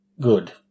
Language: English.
good